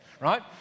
right